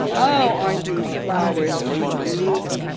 oh, aren't these flowers sweet!